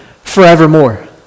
forevermore